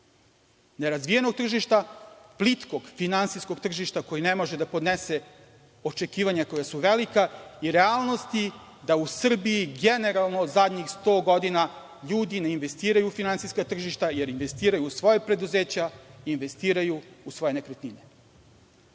nerazvijenog tržišta, plitkog finansijskog tržišta koje ne može da podnese očekivanja koja su velika i realnost je da u Srbiji generalno zadnjih 100 godina ljudi ne investiraju u finansijska tržišta, jer investiraju u svoja preduzeća i investiraju u svoje nekretnine. LJude